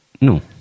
no